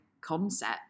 concept